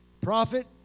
Prophet